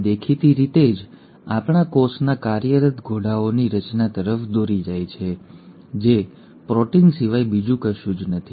તે દેખીતી રીતે જ આપણા કોષના કાર્યરત ઘોડાઓની રચના તરફ દોરી જાય છે જે પ્રોટીન સિવાય બીજું કશું જ નથી